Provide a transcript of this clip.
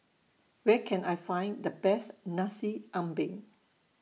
Where Can I Find The Best Nasi Ambeng